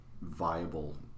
viable